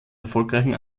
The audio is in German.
erfolgreichen